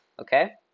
okay